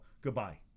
Goodbye